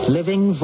living